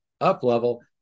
up-level